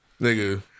Nigga